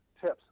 tips